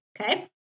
okay